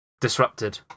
disrupted